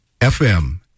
fm